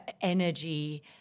energy